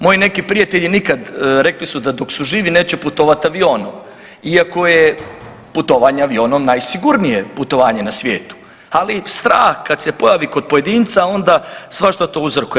Moji neki prijatelji nikad, rekli su da dok su živi neće putovati avionom iako je putovanje avionom najsigurnije putovanje na svijetu, ali strah kad se pojavi kod pojedinca, onda svašta to uzrokuje.